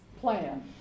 plan